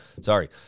Sorry